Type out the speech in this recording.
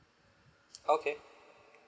okay